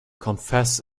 confess